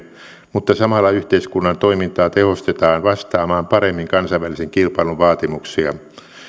mutta samalla yhteiskunnan toimintaa tehostetaan vastaamaan paremmin kansainvälisen kilpailun vaatimuksia